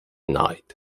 night